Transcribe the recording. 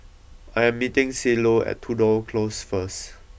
I am meeting Cielo at Tudor Close first